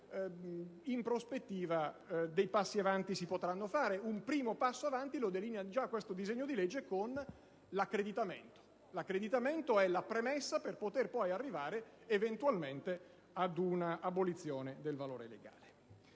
in prospettiva si potranno fare dei passi avanti. Un primo passo avanti lo delinea già questo disegno di legge con l'accreditamento, che è la premessa per poter poi arrivare eventualmente ad un'abolizione del valore legale.